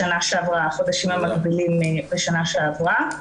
החודשים המקבילים בשנה שעברה.